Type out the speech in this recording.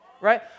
Right